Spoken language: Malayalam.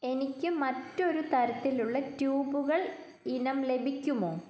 എനിക്ക് മറ്റൊരു തരത്തിലുള്ള ട്യൂബുകൾ ഇനം ലഭിക്കുമോ